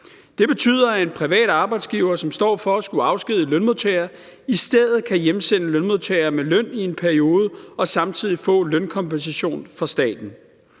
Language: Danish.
Det betyder, at en privat arbejdsgiver, som står for at skulle afskedige lønmodtagere, i stedet kan hjemsende lønmodtagere med løn i en periode og samtidig få lønkompensation fra staten.